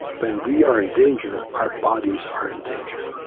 but and we are in danger our bodies are in danger.